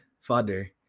Father